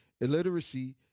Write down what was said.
illiteracy